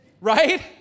right